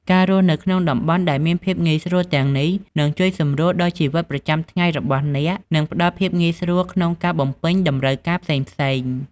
ការរស់នៅក្នុងតំបន់ដែលមានភាពងាយស្រួលទាំងនេះ នឹងជួយសម្រួលដល់ជីវិតប្រចាំថ្ងៃរបស់អ្នក និងផ្ដល់ភាពងាយស្រួលក្នុងការបំពេញតម្រូវការផ្សេងៗ។